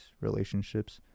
relationships